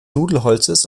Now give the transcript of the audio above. nudelholzes